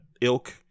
ilk